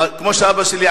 כמו שאבא שלי,